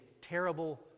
terrible